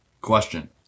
Question